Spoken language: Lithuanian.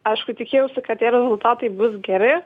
aišku tikėjausi kad tie rezultatai bus geri